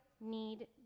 need